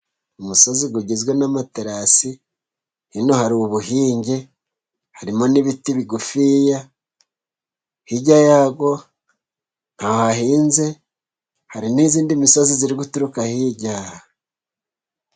Umusozi ugizwe n'amaterasi hino hari ubuhinge ,harimo n'ibiti bigufi hirya yawo ntabwo hahinze, hari n'indi misozi iri guturuka hirya.